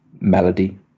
melody